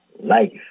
life